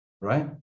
Right